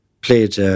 played